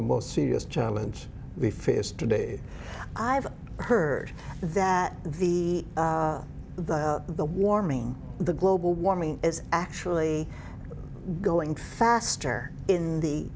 the most serious challenge we face today i've heard that the the warming the global warming is actually going faster in the